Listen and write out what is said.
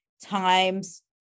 Times